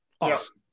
awesome